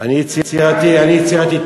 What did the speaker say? אני יצירתי.